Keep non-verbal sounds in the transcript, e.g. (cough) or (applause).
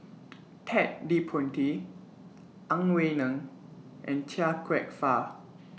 (noise) Ted De Ponti Ang Wei Neng and Chia Kwek Fah